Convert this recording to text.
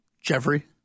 Jeffrey